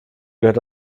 gehört